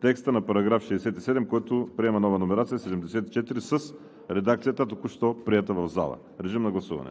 текста на § 67, който приема нова номерация –§ 74, с редакцията, току-що приета в залата. Гласували